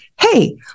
hey